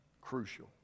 crucial